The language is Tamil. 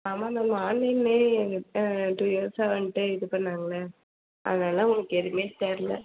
ஆமாங்க மா ஆன்லைன்லேயே டூ இயர்ஸாக வந்துட்டு இது பண்ணுணாங்கள அதனால் அவங்களுக்கு எதுவுமே தெர்யல